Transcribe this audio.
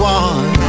one